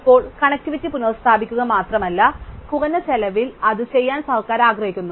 ഇപ്പോൾ കണക്റ്റിവിറ്റി പുനസ്ഥാപിക്കുക മാത്രമല്ല കുറഞ്ഞ ചെലവിൽ അത് ചെയ്യാൻ സർക്കാർ ആഗ്രഹിക്കുന്നു